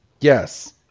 Yes